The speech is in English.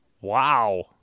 Wow